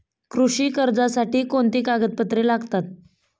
कृषी कर्जासाठी कोणती कागदपत्रे लागतात?